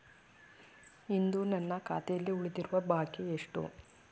ಇಂದು ನನ್ನ ಖಾತೆಯಲ್ಲಿ ಉಳಿದಿರುವ ಬಾಕಿ ಎಷ್ಟು?